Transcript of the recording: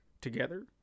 together